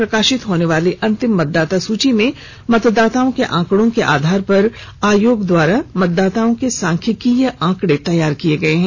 प्रकाशित होने वाली अंतिम मतदाता सूची में मतदाताओं के आंकड़ों के आधार पर आयोग द्वारा मतदाताओं के सांख्यिकीय आंकड़े तैयार किये गये हैं